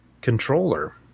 controller